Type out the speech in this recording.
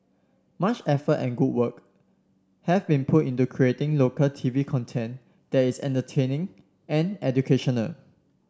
much effort and good work have been put into creating local T V content that is entertaining and educational